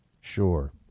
Sure